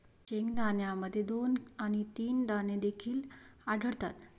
शेंगदाण्यामध्ये दोन आणि तीन दाणे देखील आढळतात